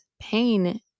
pain